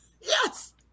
Yes